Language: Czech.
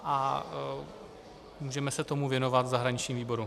A můžeme se tomu věnovat v zahraničním výboru.